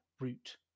route